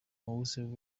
mowzey